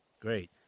Great